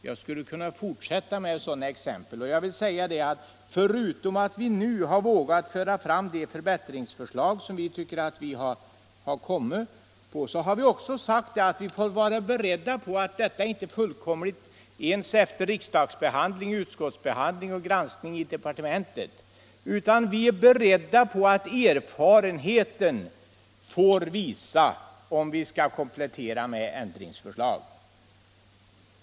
Jag skulle kunna fortsätta med sådana exempel. Jag vill säga att vi förutom att vi nu har vågat föra fram de förbättringsförslag som vi har kommit med också sagt att vi bör vara beredda på att denna lag inte är fullkomlig ens efter riksdagsbehandling, utskottsbehandling och granskning i departementet. Vi bör vara beredda på att erfarenheten får visa om vi skall komplettera med ändringsförslag i framtiden.